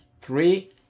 Three